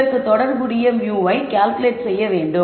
இதற்கு தொடர்புடைய μவை கால்குலேட் செய்ய வேண்டும்